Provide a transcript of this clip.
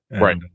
Right